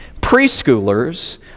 preschoolers